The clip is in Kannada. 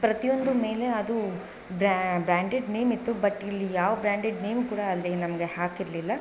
ಪ್ರತಿಯೊಂದು ಮೇಲೆ ಅದು ಬ್ರ್ಯಾಂಡೆಡ್ ನೇಮ್ ಇತ್ತು ಬಟ್ ಇಲ್ಲಿ ಯಾವ ಬ್ರ್ಯಾಂಡೆಡ್ ನೇಮ್ ಕೂಡ ಅಲ್ಲಿ ನಮಗೆ ಹಾಕಿರಲಿಲ್ಲ